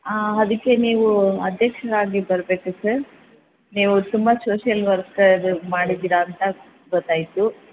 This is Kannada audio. ಹಾಂ ಅದಕ್ಕೆ ನೀವು ಅಧ್ಯಕ್ಷರಾಗಿ ಬರಬೇಕು ಸರ್ ನೀವು ತುಂಬ ಸೋಶ್ಯಲ್ ವರ್ಕ್ ಮಾಡಿದೀರಾ ಅಂತ ಗೊತ್ತಾಯಿತು